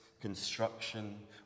construction